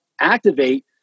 activate